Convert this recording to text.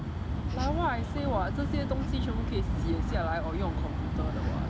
like what I say [what] 这些东西全部可以写下来 or 用 computer 的 [what]